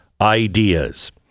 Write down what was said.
ideas